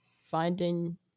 finding